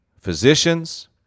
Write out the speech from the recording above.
Physicians